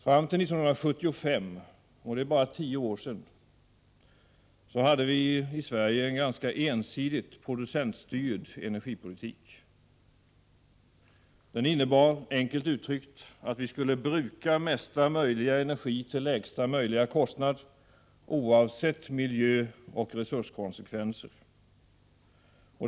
Fram till 1975 — det är bara tio år sedan — hade vi i Sverige en ganska ensidigt producentstyrd energipolitik. Den innebar, enkelt uttryckt, att vi skulle bruka mesta möjliga energi till lägsta kostnad, oavsett miljöoch resurskonsekvenser.